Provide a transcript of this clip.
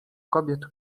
kobiet